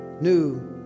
New